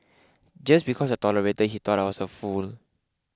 just because I tolerated he thought I was a fool